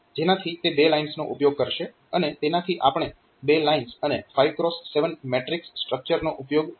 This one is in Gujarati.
જેનાથી તે બે લાઇન્સનો ઉપયોગ કરશે અને તેનાથી આપણે બે લાઇન્સ અને 5 x 7 મેટ્રીક્સ સ્ટ્રક્ચરનો ઉપયોગ કરીએ છીએ